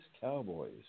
Cowboys